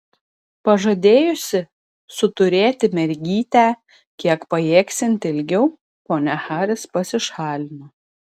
pažadėjusi suturėti mergytę kiek pajėgsianti ilgiau ponia haris pasišalino